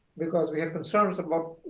because we had concerns about